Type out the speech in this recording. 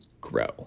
grow